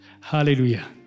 Hallelujah